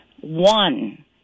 One